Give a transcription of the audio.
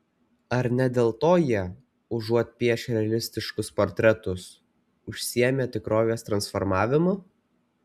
ar ne dėl to jie užuot piešę realistiškus portretus užsiėmė tikrovės transformavimu